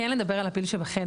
כן לדבר על הפיל שבחדר.